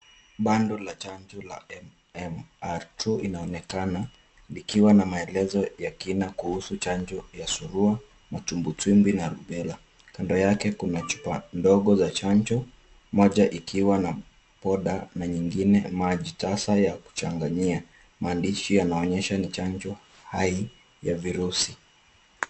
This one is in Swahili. Bando la chanjo la MMR 2 linaonekana likiwa na maelezo yakina kuhusu chanjo ya Surua, Matumbwitumbwi na Rubela. Kando yake kuna chupa ndogo za chanjo, moja ikiwa na poda na nyingine maji tasa ya kuchanganyia. Maandishi yanaonyesha ni chanjo hai ya virusi.